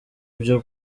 byo